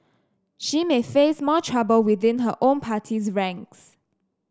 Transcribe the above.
she may face more trouble within her own party's ranks